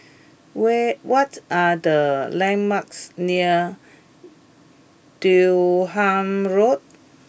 where what are the landmarks near Durham Road